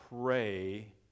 pray